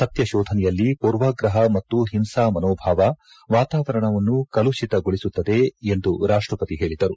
ಸತ್ತಕೋಧನೆಯಲ್ಲಿ ಪೂರ್ವಗ್ರಹ ಮತ್ತು ಹಿಂಸಾಮನೋಭಾವ ವಾತಾವರಣವನ್ನು ಕಲುಷಿತಗೊಳಿಸುತ್ತದೆ ಎಂದು ರಾಷ್ಟಪತಿ ಹೇಳಿದರು